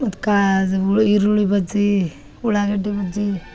ಮತ್ತು ಕಾ ಇದು ಈರುಳ್ಳಿ ಬಜ್ಜಿ ಉಳ್ಳಾಗಡ್ಡಿ ಬಜ್ಜಿ